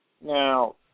Now